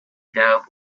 dope